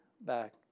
back